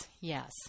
yes